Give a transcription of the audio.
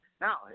Now